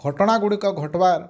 ଘଟଣା ଗୁଡ଼ିକ ଘଟ୍ବାର୍